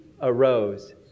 arose